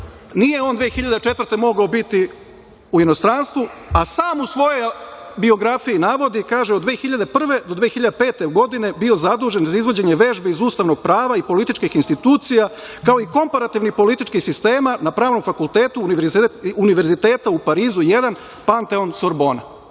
nije on 2004. godine mogao biti u inostranstvu, a sam u svojoj biografiji navodi i kaže da je od 2001. do 2005. godine bio zadužen za izvođenje vežbi iz ustavnog prava i političkih institucija, kao i komparativnih političkih sistema na Pravnom fakultetu Univerziteta u Parizu 1 Panteon-Sorbona.